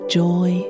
joy